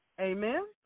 Amen